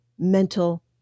mental